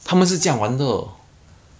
legit no no no lie